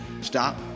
stop